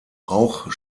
auch